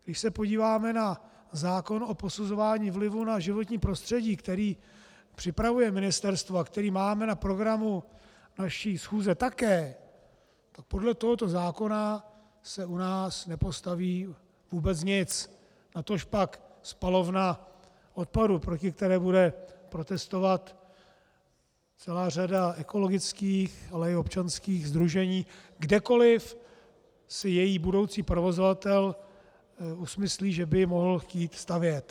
Když se podíváme na zákon o posuzování vlivu na životní prostředí, který připravuje ministerstvo a který máme na programu naší schůze také, tak podle tohoto zákona se u nás nepostaví vůbec nic, natožpak spalovna odpadu, proti které bude protestovat celá řada ekologických, ale i občanských sdružení, kdekoli si její budoucí provozovatel usmyslí, že by ji mohl chtít stavět.